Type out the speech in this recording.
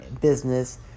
business